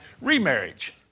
remarriage